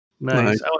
Nice